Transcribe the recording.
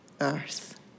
earth